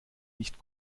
nicht